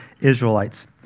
Israelites